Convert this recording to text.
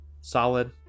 solid